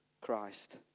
Christ